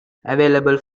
available